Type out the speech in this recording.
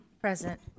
Present